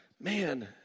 man